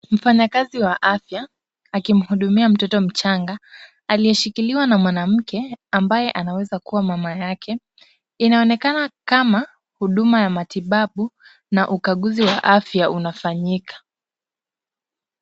Mfanyikazi wa afya akimhudumia mtoto mchanga, aliyeshikiliwa na mwanamke ambaye anaweza kuwa mama yake. Inaonekana Kama huduma ya matibabu na ukaguzi wa afya unafanyika.